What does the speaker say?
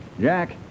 Jack